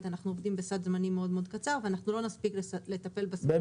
נספיק לטפל בסוגיה הזאת.